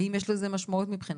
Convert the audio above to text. האם יש לזה משמעות מבחינתך?